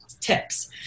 tips